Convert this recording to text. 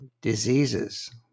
diseases